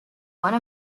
one